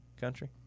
country